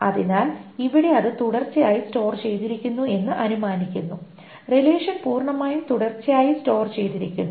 അതിനാൽ ഇവിടെ അത് തുടർച്ചയായി സ്റ്റോർ ചെയ്തിരിക്കുന്നു എന്ന് അനുമാനിക്കുന്നു റിലേഷൻ പൂർണമായും തുടർച്ചയായി സ്റ്റോർ ചെയ്തിരിക്കുന്നു